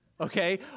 okay